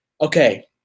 okay